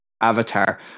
avatar